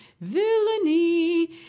villainy